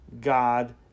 God